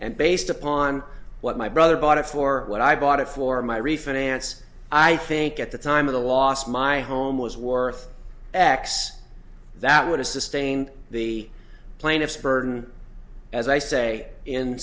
and based upon what my brother bought it for what i bought it for my refinance i think at the time of the loss my home was worth x that would have sustained the plaintiff's burden as i say in